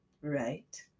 right